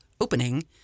opening